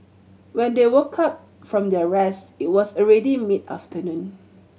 when they woke up from their rest it was already mid afternoon